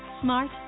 Smart